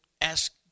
ask